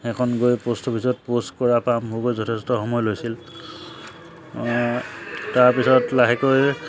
সেইখন গৈ প'ষ্ট অফিচত প'ষ্ট কৰাৰ পৰা আৰম্ভ কৰি যথেষ্ট সময় লৈছিল তাৰপিছত লাহেকৈ